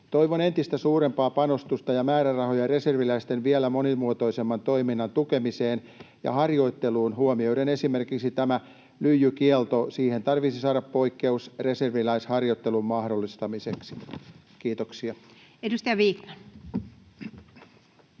Toivon entistä suurempaa panostusta ja määrärahoja reserviläisten vielä monimuotoisemman toiminnan tukemiseen ja harjoitteluun huomioiden esimerkiksi tämä lyijykielto. Siihen tarvitsisi saada poikkeus reserviläisharjoittelun mahdollistamiseksi. — Kiitoksia. [Speech 25]